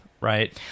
right